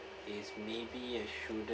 is maybe I shouldn't